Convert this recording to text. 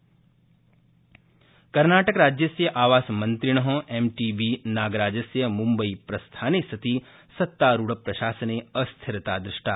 कर्नाटकराज्यम् कर्नाटकराज्यस्य आवासमन्त्रिण एम टी बी नागराजस्य मुम्बई प्रस्थाने सति सत्तारूढप्रशासने अस्थिरिता दृष्टा